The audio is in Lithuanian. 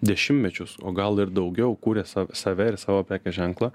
dešimtmečius o gal ir daugiau kuria sa save ir savo prekės ženklą